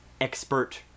expert